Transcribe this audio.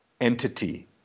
entity